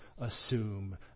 assume